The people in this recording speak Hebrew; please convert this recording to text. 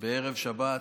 בערב שבת,